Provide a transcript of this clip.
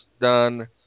done